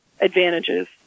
advantages